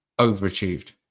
overachieved